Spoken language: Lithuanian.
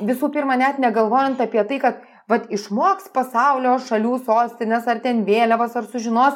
visų pirmą net negalvojant apie tai kad vat išmoks pasaulio šalių sostines ar ten vėliavas ar sužinos